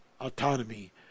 autonomy